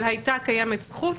אבל הייתה קיימת זכות,